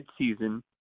midseason